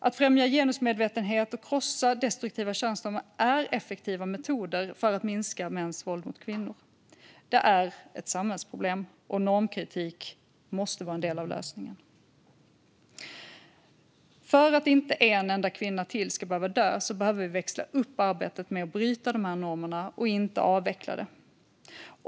Att främja genusmedvetenhet och krossa destruktiva könsnormer är effektiva metoder för att minska mäns våld mot kvinnor. Det är ett samhällsproblem, och normkritik måste vara en del av lösningen. För att inte en enda kvinna till ska behöva dö behöver vi växla upp arbetet för att bryta normerna, inte avveckla det.